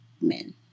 men